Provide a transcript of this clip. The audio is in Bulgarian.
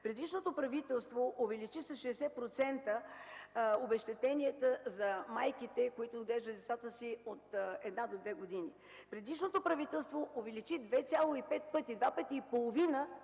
Предишното правителство увеличи с 60% обезщетенията за майките, които отглеждат децата си от 1 до 2 години. Предишното правителство увеличи 2,5 пъти детските